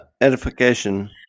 edification